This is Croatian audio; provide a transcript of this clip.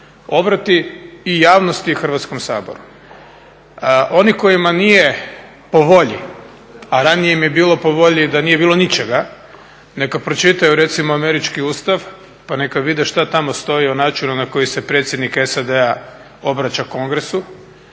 obrati i javnosti i Hrvatskom saboru. Oni kojima nije po volji, a ranije im je bilo po volji da nije bilo ničega, neka pročitaju recimo američki ustav pa neka vide šta tamo stoji o načinu na koji se predsjednik SAD-a obraća Kongresu,